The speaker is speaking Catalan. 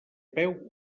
peu